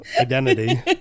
identity